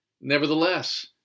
Nevertheless